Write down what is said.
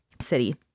City